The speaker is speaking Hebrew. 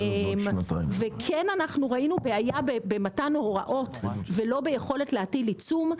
ראינו בעיה במתן הוראות, לא ביכולת להטיל עיצום.